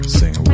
sing